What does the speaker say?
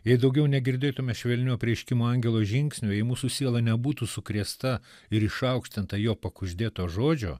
jai daugiau negirdėtume švelnių apreiškimo angelo žingsnių jei mūsų sielą nebūtų sukrėsta ir išaukštinta jo pakuždėto žodžio